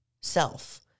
self